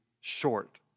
short